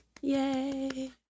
Yay